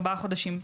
4 חודשים,